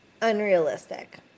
unrealistic